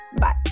Bye